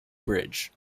bridge